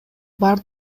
бар